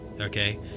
Okay